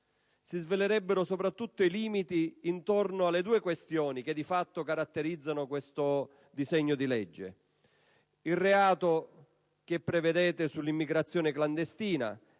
si svelerebbero soprattutto i limiti sulle due questioni che di fatto caratterizzano questo disegno di legge: la previsione del reato di immigrazione clandestina